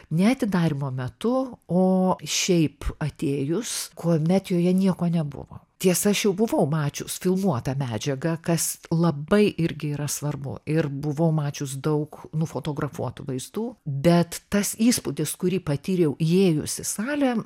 ne atidarymo metu o šiaip atėjus kuomet joje nieko nebuvo tiesa aš jau buvau mačius filmuotą medžiagą kas labai irgi yra svarbu ir buvau mačius daug nufotografuotų vaizdų bet tas įspūdis kurį patyriau įėjus į salę